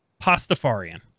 Pastafarian